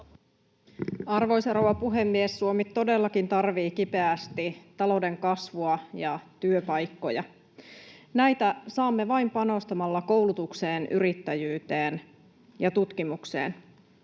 Arvoisa rouva puhemies! Suomi todellakin tarvitsee kipeästi talouden kasvua ja työpaikkoja. Näitä saamme vain panostamalla koulutukseen, yrittäjyyteen ja tutkimukseen.